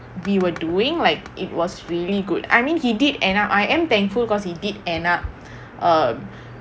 we were doing like it was really good I mean he did and I am thankful because he did end up err